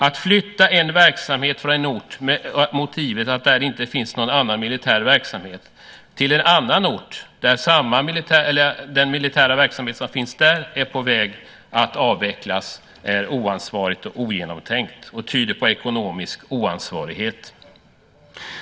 Att flytta en verksamhet från en ort med motivet att där inte finns någon annan militär verksamhet till en annan ort där den militära verksamhet som finns är på väg att avvecklas är oansvarigt och ogenomtänkt och tyder på ekonomisk oansvarighet.